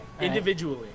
Individually